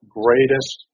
greatest